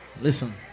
listen